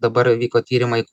dabar vyko tyrimai